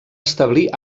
establir